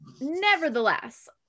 nevertheless